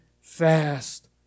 fast